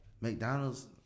McDonald's